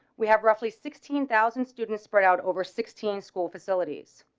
we have roughly sixteen thousand students spread out over sixteen school facilities.